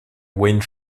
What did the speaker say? wayne